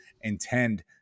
intend